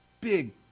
big